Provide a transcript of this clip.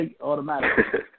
automatically